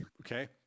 Okay